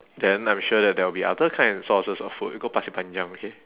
then I'm sure that there'll be other kind sources of food go pasir panjang okay